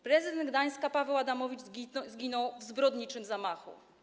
Prezydent Gdańska Paweł Adamowicz zginął w zbrodniczym zamachu.